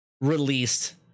Released